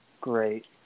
Great